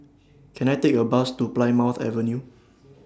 Can I Take A Bus to Plymouth Avenue